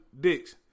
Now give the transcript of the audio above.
dicks